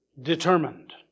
Determined